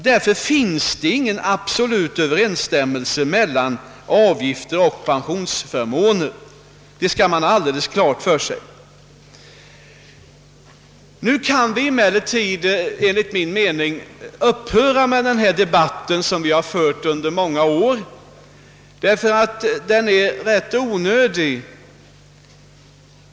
Därför finns ingen absolut överensstämmelse mellan avgifter och pensionsförmån — det skall man ha helt klart för sig. Nu kan vi enligt min mening upphöra med denna debatt som vi har fört under säkringen många år, eftersom den är rätt onödig.